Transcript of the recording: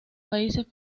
países